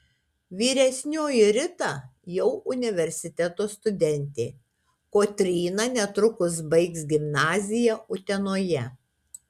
vyresnioji rita jau universiteto studentė kotryna netrukus baigs gimnaziją utenoje